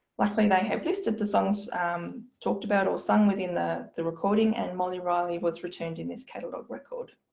luckily they have listed the songs talked about or sung within the the recording and molly riley was returned in this catalogue record.